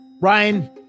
Ryan